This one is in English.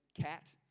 cat